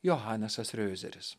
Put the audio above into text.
johanesas riozeris